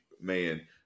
man